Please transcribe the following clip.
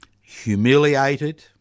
humiliated